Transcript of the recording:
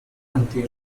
anti